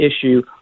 issue